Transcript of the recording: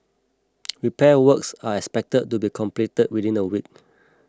repair works are expected to be completed within a week